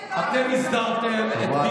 אורי